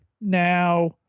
now